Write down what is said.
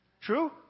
True